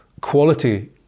quality